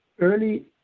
early